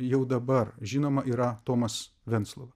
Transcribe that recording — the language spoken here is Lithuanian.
jau dabar žinoma yra tomas venclova